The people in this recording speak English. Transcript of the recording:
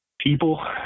people